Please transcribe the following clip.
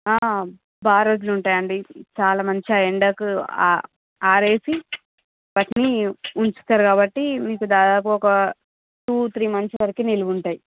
ఆ బా రోజులుంటాయండి చాలా మంచి ఎండకు ఆ ఆరేసి వాటిని ఉంచుతారు కాబట్టి మీకు దాదాపుగా ఒక టూ త్రీ మంత్స్ వరకు నిల్వ ఉంటాయి